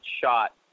shot